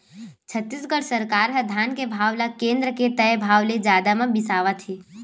छत्तीसगढ़ सरकार ह धान के भाव ल केन्द्र के तय भाव ले जादा म बिसावत हे